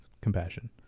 compassion